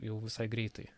jau visai greitai